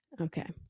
Okay